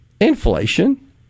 inflation